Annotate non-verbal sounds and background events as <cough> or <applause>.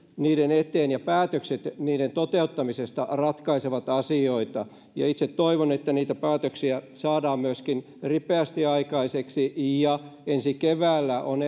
niiden eteen ja päätökset niiden toteuttamisesta ratkaisevat asioita itse toivon että niitä päätöksiä saadaan myöskin ripeästi aikaiseksi ensi keväänä on <unintelligible>